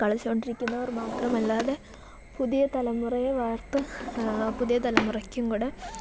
കളിച്ചു കൊണ്ടിരിക്കുന്നവർ മാത്രമല്ലാതെ പുതിയ തലമുറയെ വാർത്ത് പുതിയ തലമുറയ്ക്കും കൂടെ